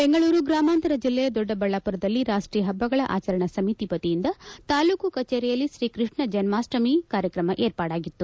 ಬೆಂಗಳೂರು ಗ್ರಾಮಾಂತರ ಜಿಲ್ಲೆಯ ದೊಡ್ಡ ಬಳ್ಳಾಮರದಲ್ಲಿ ರಾಷ್ಟೀಯ ಪಬ್ಬಗಳ ಆಚರಣಾ ಸಮಿತಿ ವತಿಯಿಂದ ತಾಲೂಕು ಕಚೇರಿಯಲ್ಲಿ ಶ್ರೀಕೃಷ್ಣ ಜನ್ಮಾಪ್ಷಮಿ ಕಾರ್ಯಕ್ರಮ ಏರ್ಪಡಾಗಿತ್ತು